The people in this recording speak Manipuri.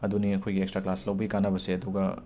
ꯑꯗꯨꯅꯤ ꯑꯩꯈꯣꯏ ꯑꯦꯛꯁꯇ꯭ꯔꯥ ꯀ꯭ꯂꯥꯁ ꯂꯧꯕꯒꯤ ꯀꯥꯟꯅꯕꯁꯦ ꯑꯗꯨꯒ